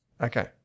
Okay